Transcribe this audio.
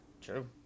true